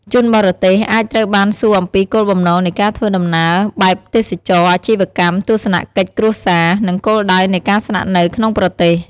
ជនបរទេសអាចត្រូវបានសួរអំពីគោលបំណងនៃការធ្វើដំណើរ បែបទេសចរណ៍ អាជីវកម្ម ទស្សនកិច្ចគ្រួសារ និងគោលដៅនៃការស្នាក់នៅក្នុងប្រទេស។